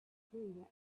clue